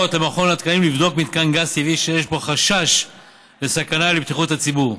התקנים לבדוק מתקן גז טבעי שיש בו חשש לסכנה לבטיחות הציבור,